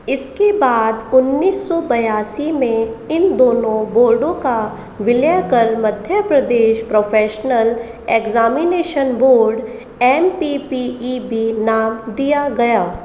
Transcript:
इसके बाद उन्नीस सौ बयासी में इन दोनों बोर्डों का विलय कर Madhya Pradesh professional examination board M P P E B नाम दिया गया